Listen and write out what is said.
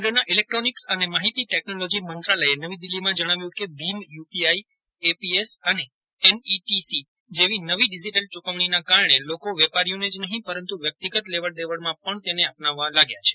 કેન્દ્રના ઈલેકટ્રોનીકસ અને માહિતી ટેકનોલોજી મંત્રાલયે નવી દિલ્હીમાં જણાવ્યું કે ભીમ યુપીઆઈ એઈપીએસ અને એનઈટીસી જેવી નવી ડીજીટલ ચુકવણીના કારણે લોકો વેપારીઓને જ નહી પરંતુ વ્યકિતગત લેવડ દેવડમાં પણ તેને અપનાવવા લાગ્યા છે